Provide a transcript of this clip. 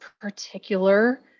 particular